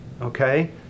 Okay